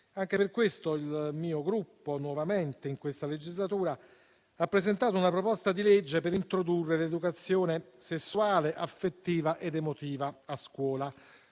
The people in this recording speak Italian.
Anche per questo il mio Gruppo, nuovamente in questa legislatura, ha presentato una proposta di legge per introdurre l'educazione sessuale, affettiva ed emotiva a scuola.